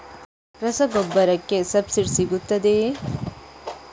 ರಸಗೊಬ್ಬರಕ್ಕೆ ಸಬ್ಸಿಡಿ ಸಿಗುತ್ತದೆಯೇ?